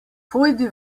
pojdi